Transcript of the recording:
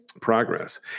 progress